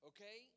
Okay